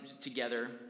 together